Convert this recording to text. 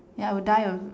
ya I would die only